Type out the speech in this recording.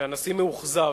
שהנשיא מאוכזב.